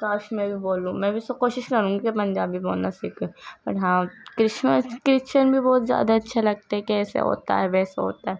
کاش میں بھی بول لوں میں بھی سو کوشش کروں گی کہ پنجابی بولنا سیکھوں اور ہاں کرسمس کرسچن بھی بہت زیادہ اچھے لگتے کہ ایسے ہوتا ہے ویسے ہوتا ہے